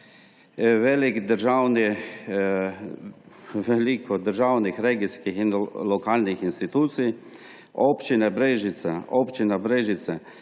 veliko državnih, regijskih in lokalnih institucij. Občina Brežice ima v